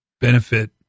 benefit